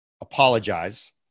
apologize